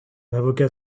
avocat